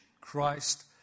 Christ